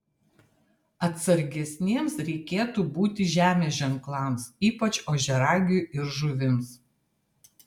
atsargesniems reikėtų būti žemės ženklams ypač ožiaragiui ir žuvims